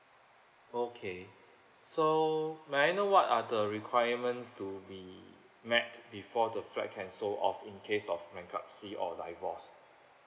okay so may I know what are the requirements to be met before the flat can sold off in case of bankruptcy or divorce